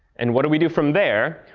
and what do we do from there?